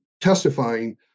testifying